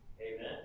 Amen